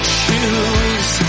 choose